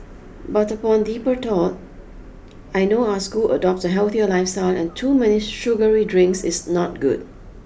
but upon deeper thought I know our school adopts a healthier lifestyle and too many sugary drinks is not good